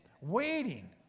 Waiting